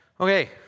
Okay